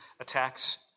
attacks